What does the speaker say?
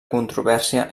controvèrsia